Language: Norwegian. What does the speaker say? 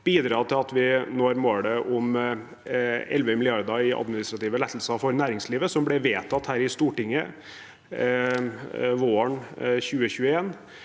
bidra til at vi når målet om 11 mrd. kr i administrative lettelser for næringslivet, som ble vedtatt her i Stortinget våren 2021,